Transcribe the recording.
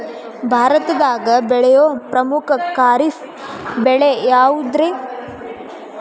ಭಾರತದಾಗ ಬೆಳೆಯೋ ಪ್ರಮುಖ ಖಾರಿಫ್ ಬೆಳೆ ಯಾವುದ್ರೇ?